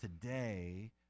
today